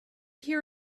hear